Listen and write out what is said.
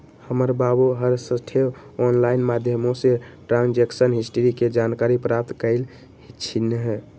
हमर बाबू हरसठ्ठो ऑनलाइन माध्यमें से ट्रांजैक्शन हिस्ट्री के जानकारी प्राप्त करइ छिन्ह